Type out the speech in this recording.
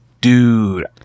dude